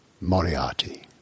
Moriarty